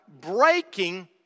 breaking